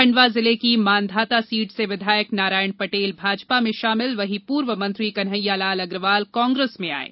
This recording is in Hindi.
खण्डवा जिले की मांधाता सीट से विधायक नारायण पटेल भाजपा में शामिल वहीं पूर्व मंत्री कन्हैयालाल अग्रवाल कांग्रेस में आये